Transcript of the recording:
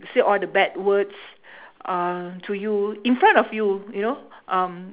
say all the bad words um to you in front of you you know um